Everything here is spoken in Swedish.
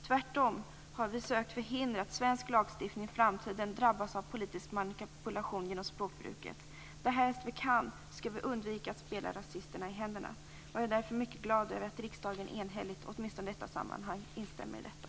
Tvärtom har vi sökt förhindra att svensk lagstiftning i framtiden drabbas av politisk manipulation genom språkbruket. Därest vi kan skall vi undvika att spela rasisterna i händerna. Jag är därför mycket glad över att riksdagen enhälligt, åtminstone i detta sammanhang, instämmer i detta.